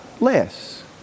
less